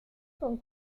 con